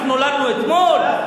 אנחנו נולדנו אתמול?